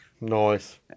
Nice